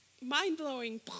Mind-blowing